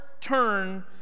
turn